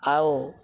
ଆଉ